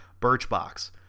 Birchbox